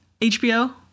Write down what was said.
HBO